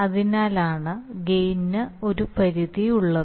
അതിനാലാണ് ഗെയിന് ഒരു പരിധി ഉള്ളത്